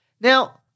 Now